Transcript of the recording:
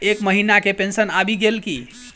एहि महीना केँ पेंशन आबि गेल की